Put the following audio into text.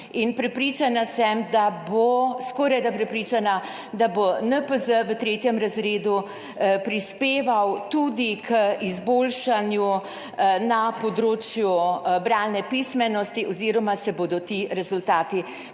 prepričana sem, da bo NPZ v 3. razredu prispeval tudi k izboljšanju na področju bralne pismenosti oziroma se bodo ti rezultati pokazali.